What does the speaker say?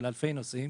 של אלפי נוסעים.